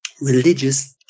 religious